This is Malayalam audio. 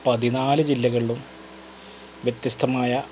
പതിനാല് ജില്ലകളിലും വ്യത്യസ്തമായ